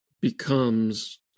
becomes